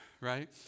Right